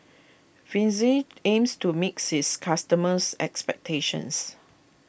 Fizi aims to meet its customers' expectations